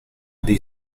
dei